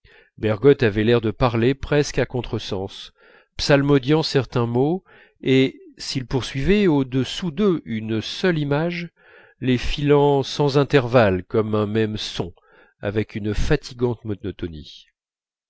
bergotte avait l'air de parler presque à contresens psalmodiant certains mots et s'il poursuivait au-dessous d'eux une seule image les filant sans intervalle comme un même son avec une fatigante monotonie